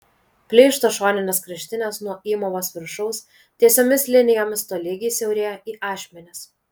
pleišto šoninės kraštinės nuo įmovos viršaus tiesiomis linijomis tolygiai siaurėja į ašmenis